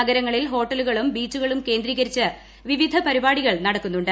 നഗരങ്ങളിൽ ഹോട്ടലുകളും ബീച്ചുകളും കേന്ദ്രീകരിച്ച് വിവിധ പരിപാടികൾ നടക്കുന്നുണ്ട്